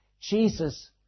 Jesus